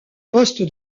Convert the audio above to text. poste